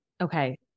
Okay